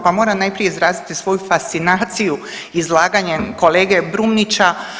Pa moram najprije izraziti svoju fascinaciju izlaganjem kolege Brumnića.